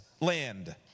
land